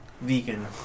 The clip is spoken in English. vegan